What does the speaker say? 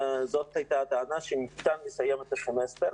זאת הייתה הטענה, שניתן לסיים את הסמסטר.